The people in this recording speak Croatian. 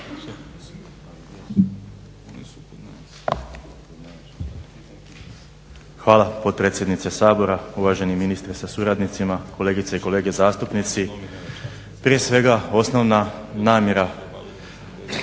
Hvala potpredsjednice Sabora, uvaženi ministre sa suradnicima, kolegice i kolege zastupnici. Prije svega osnovna namjera